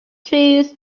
trees